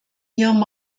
ihrem